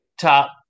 top